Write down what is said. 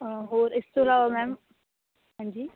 ਹੋਰ ਇਸ ਤੋਂ ਇਲਾਵਾ ਮੈਮ ਹਾਂਜੀ